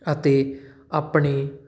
ਅਤੇ ਆਪਣੇ